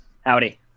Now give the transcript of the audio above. Howdy